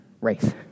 race